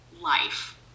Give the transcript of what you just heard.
life